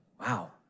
Wow